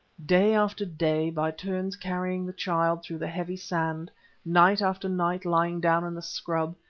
day after day, by turns carrying the child through the heavy sand night after night lying down in the scrub,